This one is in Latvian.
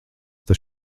tas